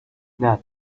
not